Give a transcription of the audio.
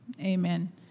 amen